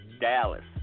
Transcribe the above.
Dallas